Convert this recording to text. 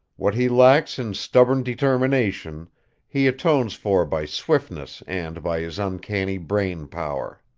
what he lacks in stubborn determination he atones for by swiftness and by his uncanny brain power.